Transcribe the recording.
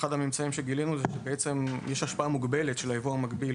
ואחד הממצאים שגילינו זה שיש השפעה מוגבלת של הייבוא המקביל